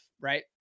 Right